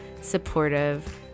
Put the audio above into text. supportive